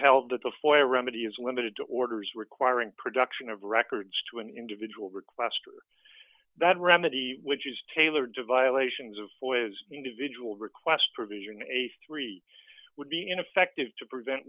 held that the foyer remedy is limited to orders requiring production of records to an individual request or that remedy which is tailored to violations of boy's individual request provision a three would be ineffective to prevent